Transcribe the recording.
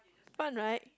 fun right